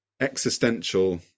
existential